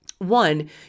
One